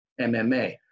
MMA